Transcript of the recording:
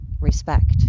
respect